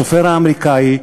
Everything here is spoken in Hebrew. הסופר האמריקני,